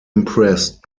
impressed